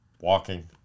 Walking